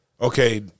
Okay